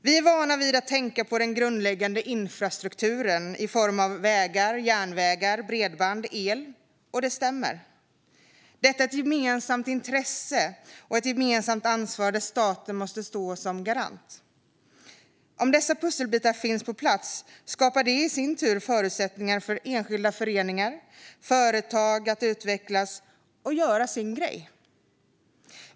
Vi är vana vid att tänka på den grundläggande infrastrukturen i form av vägar, järnvägar, bredband och el. Och det stämmer. Det är ett gemensamt intresse och ett gemensamt ansvar där staten måste stå som garant. Om dessa pusselbitar finns på plats skapar det i sin tur förutsättningar för enskilda, för föreningar och för företag att utvecklas och göra sin grej.